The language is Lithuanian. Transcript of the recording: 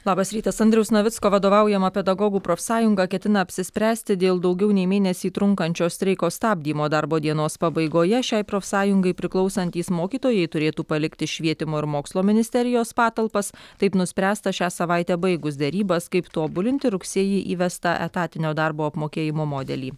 labas rytas andriaus navicko vadovaujama pedagogų profsąjunga ketina apsispręsti dėl daugiau nei mėnesį trunkančio streiko stabdymo darbo dienos pabaigoje šiai profsąjungai priklausantys mokytojai turėtų palikti švietimo ir mokslo ministerijos patalpas taip nuspręsta šią savaitę baigus derybas kaip tobulinti rugsėjį įvestą etatinio darbo apmokėjimo modelį